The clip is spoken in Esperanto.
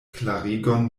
klarigon